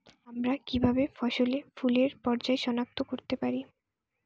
আমরা কিভাবে ফসলে ফুলের পর্যায় সনাক্ত করতে পারি?